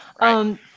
Right